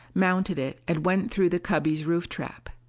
mounted it and went through the cubby's roof-trap.